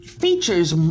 Features